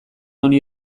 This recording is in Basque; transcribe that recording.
honi